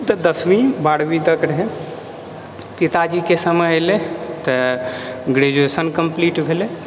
तऽ दसवीं बारहवीं तक रहै पिताजीके समय एलै तऽ ग्रेजुएशन कम्प्लीट भेलै